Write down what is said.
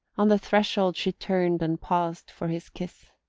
on the threshold she turned and paused for his kiss.